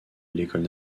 l’école